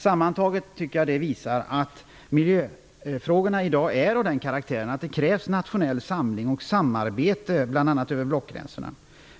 Jag tycker att detta sammantaget visar att miljöfrågorna i dag har den karaktären att det krävs en nationell samling och samarbete bl.a. över blockgränserna.